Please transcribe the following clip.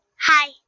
Hi